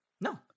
No